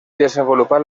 desenvolupar